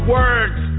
Words